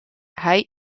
hij